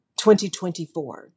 2024